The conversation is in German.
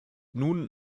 nun